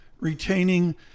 retaining